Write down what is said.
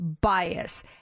bias